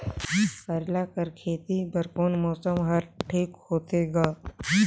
करेला कर खेती बर कोन मौसम हर ठीक होथे ग?